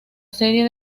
serie